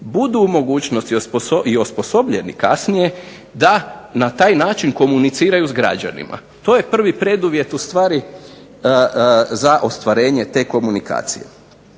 budu u mogućnosti i osposobljeni kasnije da na taj način komuniciraju s građanima. To je prvi preduvjet ustvari za ostvarenje te komunikacije.